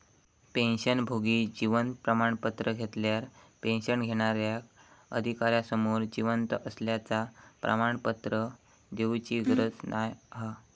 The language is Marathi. पेंशनभोगी जीवन प्रमाण पत्र घेतल्यार पेंशन घेणार्याक अधिकार्यासमोर जिवंत असल्याचा प्रमाणपत्र देउची गरज नाय हा